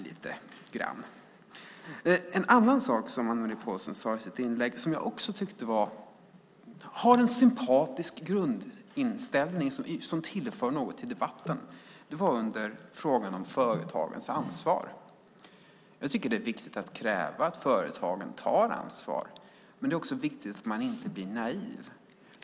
Det finns en annan sak som Anne-Marie Pålsson sade i sitt inlägg som jag också tyckte hade en sympatisk grundinställning som tillför något till debatten. Det gällde frågan om företagens ansvar. Det är viktigt att kräva att företagen tar ansvar, men det är också viktigt att inte bli naiv.